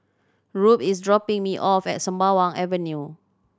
rube is dropping me off at Sembawang Avenue